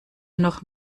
noch